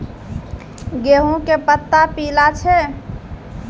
गेहूँ के पत्ता पीला छै?